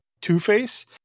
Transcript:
Two-Face